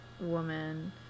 woman